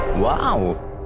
Wow